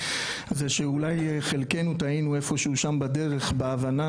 אולי חלקנו טעינו איפה שהוא שם בדרך בהבנה